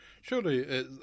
Surely